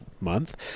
month